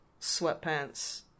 sweatpants